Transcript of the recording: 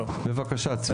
בבקשה, צבי.